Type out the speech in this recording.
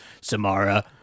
Samara